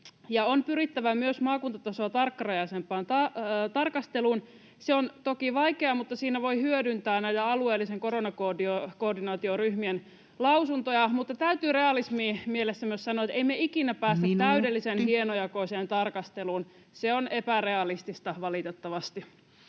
On pyrittävä myös maakuntatasoa tarkkarajaisempaan tarkasteluun. Se on toki vaikeaa, mutta siinä voi hyödyntää näiden alueellisten koronakoordinaatioryhmien lausuntoja. Mutta täytyy realismi mielessä myös sanoa, että ei me ikinä päästä [Puhemies: Minuutti!] täydellisen hienojakoiseen tarkasteluun. Se on epärealistista,